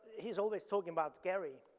he's always talking about gerry,